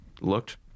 looked